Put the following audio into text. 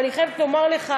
אבל אני חייבת לומר לך,